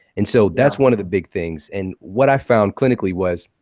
and so that's one of the big things. and what i found clinically was,